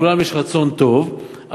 לכולם יש רצון טוב,